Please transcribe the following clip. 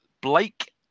Blake